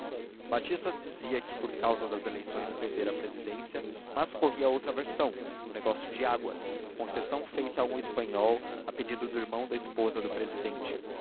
batista dizia que por causa das eleições perdera a presidência mas corria outra versão um negócio de águas concessão feita a um espanhol a pedido do irmão da esposa do presidente